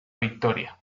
victoria